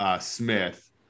Smith